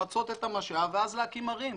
למצות את המשאב ואז להקים ערים.